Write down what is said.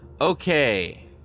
Okay